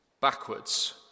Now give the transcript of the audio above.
backwards